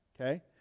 Okay